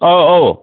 अ औ